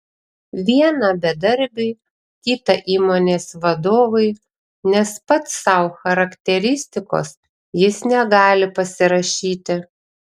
vieną bedarbiui kitą įmonės vadovui nes pats sau charakteristikos jis negali pasirašyti